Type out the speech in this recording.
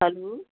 hello